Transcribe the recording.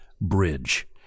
Bridge